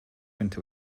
winter